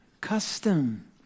Custom